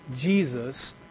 Jesus